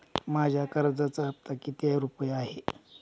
माझ्या कर्जाचा हफ्ता किती रुपये आहे?